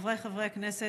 חבריי חברי הכנסת,